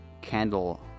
candle